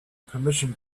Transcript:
permission